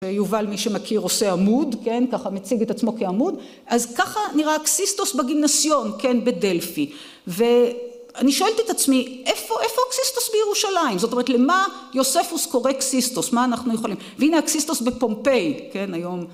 ויובל מי שמכיר עושה עמוד כן ככה מציג את עצמו כעמוד אז ככה נראה הקסיסטוס בגימנסיון כן בדלפי ואני שאלתי את עצמי איפה הקסיסטוס בירושלים זאת אומרת למה יוספוס קורא קסיסטוס מה אנחנו יכולים והנה הקסיסטוס בפומפיי כן היום